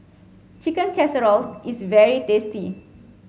Chicken Casserole is very tasty